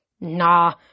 nah